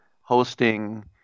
hosting